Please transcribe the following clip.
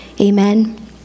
Amen